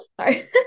sorry